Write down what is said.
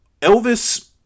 Elvis